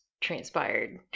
transpired